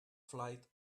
flight